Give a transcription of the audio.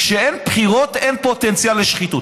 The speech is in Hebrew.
כשאין בחירות, אין פוטנציאל לשחיתות.